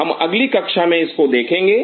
हम अगली कक्षा में इसको देखेंगे